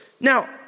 Now